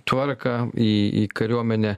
tvarką į į kariuomenę